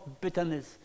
bitterness